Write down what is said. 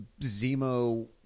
Zemo